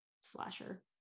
slasher